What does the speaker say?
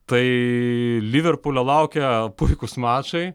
tai liverpulio laukia puikūs mačai